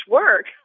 work